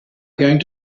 going